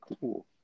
cool